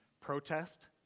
protest